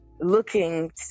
looking